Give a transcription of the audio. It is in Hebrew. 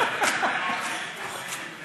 הוא שמורת טבע.